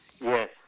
Yes